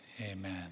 Amen